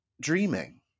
dreaming